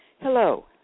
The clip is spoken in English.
Hello